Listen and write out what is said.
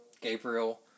Gabriel